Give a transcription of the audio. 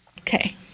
Okay